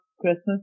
Christmas